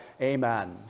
Amen